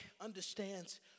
understands